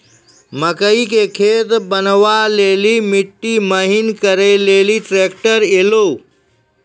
मकई के खेत बनवा ले ली मिट्टी महीन करे ले ली ट्रैक्टर ऐलो?